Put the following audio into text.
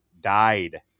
died